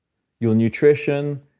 your nutrition,